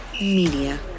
Media